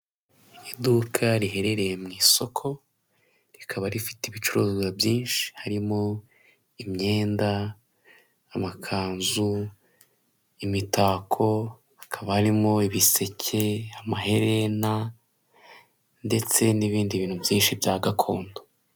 Iduka riherereye mu isoko rikaba rifite ibicuruzwa byinshi harimo: imyenda, amakanzu, imitako, akaba arimo ibiseke, amaherena, ndetse n'ibindi bintu byinshi bya gakondo.